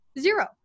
Zero